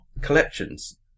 collections